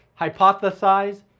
hypothesize